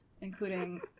including